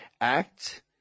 act